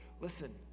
listen